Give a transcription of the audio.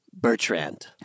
Bertrand